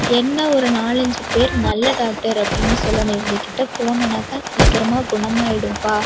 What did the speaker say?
என்ன ஒரு நாலஞ்சு பேர் நல்ல டாக்டர் அப்படினு சொல்லணும் இவங்க கிட்ட போனோம்னாக்கா சீக்கிரமாக குணமாயிடும்ப்பா